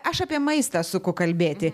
aš apie maistą suku kalbėti